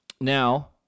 Now